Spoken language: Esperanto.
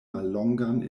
mallongan